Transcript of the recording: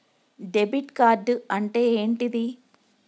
Debit card అంటే ఏంటిది?